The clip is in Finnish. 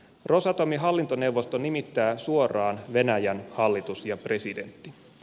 rosatomin hallintoneuvoston nimittää suoraan venäjän hallitus ja presidentti